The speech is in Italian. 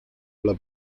alla